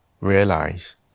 realize